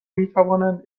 میتوانند